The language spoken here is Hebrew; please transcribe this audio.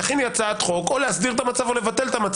תכיני הצעת חוק או להסדיר את המצב או לבטל אותו.